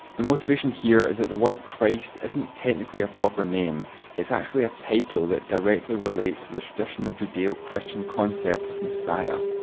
the motivation here is that the word christ isn't technically a proper name it's actually a title that directly relates to the traditional judeo-christian concept of messiah.